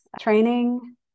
training